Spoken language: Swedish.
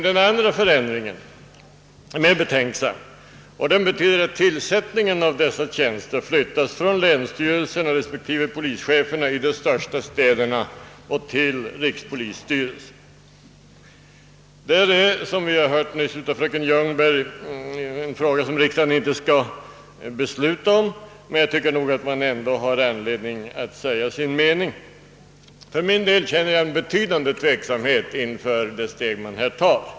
Den andra förändringen är däremot betänklig. Den innebär att tillsättningen av dessa tjänster flyttas från länsstyrelserna, respektive polisstyrelserna i de största städerna, till rikspolisstyrelsen. Som vi nyss hört av fröken Ljungberg är det inte riksdagen som skall besluta i denna fråga, men jag tycker ändå att vi har anledning att säga vår mening. För min del känner jag en betydande tveksamhet inför det steg som här tas.